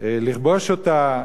לכבוש אותה?